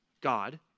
God